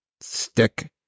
stick